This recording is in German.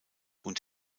und